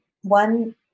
one